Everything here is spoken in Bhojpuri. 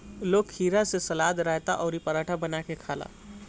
लोग खीरा से सलाद, रायता अउरी पराठा बना के खाला